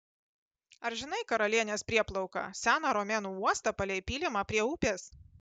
ar žinai karalienės prieplauką seną romėnų uostą palei pylimą prie upės